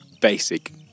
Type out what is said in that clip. Basic